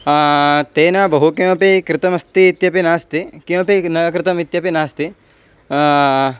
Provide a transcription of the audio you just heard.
तेन बहु किमपि कृतमस्ति इत्यपि नास्ति किमपि न कृतम् इत्यपि नास्ति